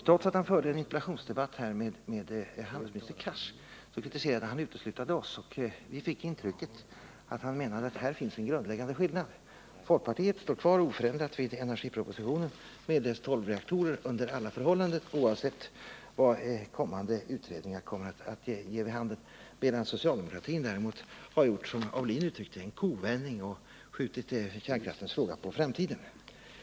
Trots att han hade en interpellationsdebatt med handelsminister Cars kritiserade han uteslutande oss. Vi fick intrycket att det här finns en grundläggande skillnad. Folkpartiet håller under alla förhållanden fast vid energipropositionen med dess förslag om 12 reaktorer, oavsett vad kommande utredningar ger vid handen, medan socialdemokratin däremot, som herr Aulin uttryckte det, skulle ha gjort en kovändning och skjutit kärnkraftsfrågan på framtiden.